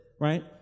right